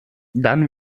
dann